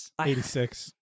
86